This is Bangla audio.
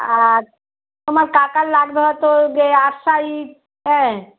আর তোমার কাকার লাগবে হয়তো গিয়ে আট সাইজ হ্যাঁ